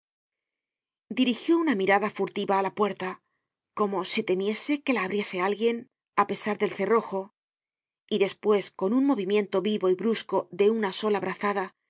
dirigió una mirada furtiva á la puerta como si temiese que la abriese alguien á pesar del cerrojo y despues con un movimiento vivo y brusco de una sola brazada